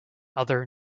other